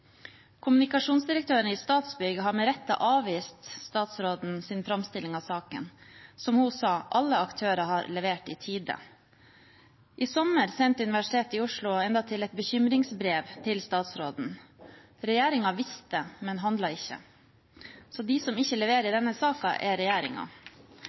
Kommunikasjonsdirektøren i Statsbygg har med rette avvist statsrådens framstilling av saken. Som hun sa: Alle aktører har levert i tide. I sommer sendte Universitetet i Oslo endatil et bekymringsbrev til statsråden. Regjeringen visste, men handlet ikke. Så den som ikke leverer